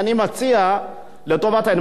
אני מציע, לטובת העניין.